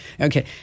Okay